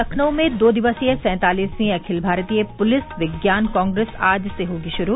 लखनऊ में दो दिवसीय सैंतालिसवीं अखिल भारतीय पुलिस विज्ञान कांग्रेस आज से होगी शुरू